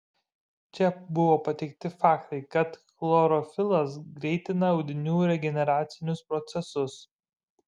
čia buvo pateikti faktai kad chlorofilas greitina audinių regeneracinius procesus